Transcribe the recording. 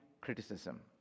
criticism